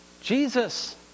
Jesus